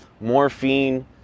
morphine